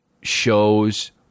shows